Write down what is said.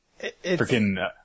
freaking